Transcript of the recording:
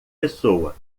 pessoa